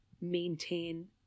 maintain